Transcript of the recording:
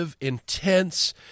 intense